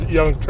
Young